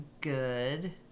good